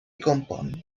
compon